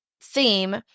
theme